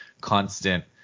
constant